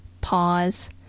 pause